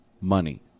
money